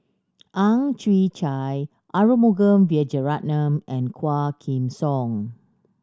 Ang Chwee Chai Arumugam Vijiaratnam and Quah Kim Song